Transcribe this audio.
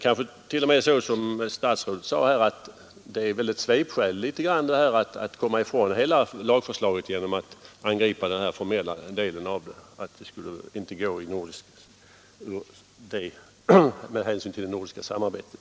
Kanske är det t.o.m., som statsrådet sade, ett svepskäl för att komma ifrån hela lagförslaget, när man angriper den formella delen av det och påstår att det inte skulle gå ihop med det nordiska samarbetet.